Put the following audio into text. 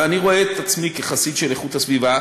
ואני רואה את עצמי כחסיד של איכות הסביבה,